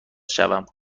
شوم